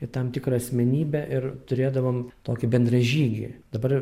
į tam tikrą asmenybę ir turėdavom tokį bendražygį dabar